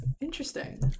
Interesting